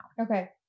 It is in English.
Okay